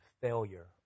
failure